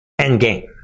endgame